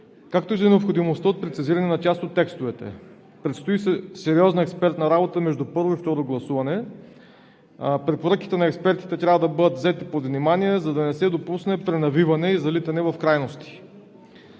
както и за необходимостта от прецизиране на част от текстовете. Предстои сериозна експертна работа между първо и второ гласуване. Препоръките на експертите трябва да бъдат взети под внимание, за да не се допусне пренавиване и залитане в крайности.